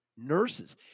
nurses